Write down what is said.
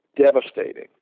devastating